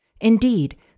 Indeed